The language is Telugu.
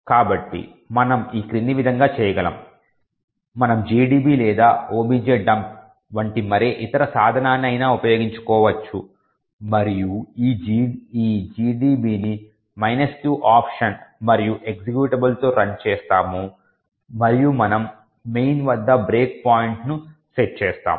కాబట్టి మనం ఈ క్రింది విధంగా చేయగలము మనం GDB లేదా OBJDUMP వంటి మరే ఇతర సాధనాన్ని అయినా ఉపయోగించుకోవచ్చు మరియు ఈ GDB ని ' q'ఆప్షన్ మరియు ఎక్జిక్యూటబుల్ తో రన్ చేస్తాము మరియు మనము main వద్ద బ్రేక్ పాయింట్ను సెట్ చేస్తాము